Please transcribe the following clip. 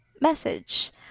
message